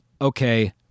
okay